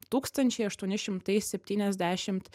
tūkstančiai aštuoni šimtai septyniasdešimt